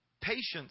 patience